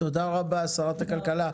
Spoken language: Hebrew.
תודה רבה, שרת הכלכלה.